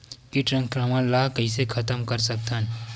कीट संक्रमण ला कइसे खतम कर सकथन?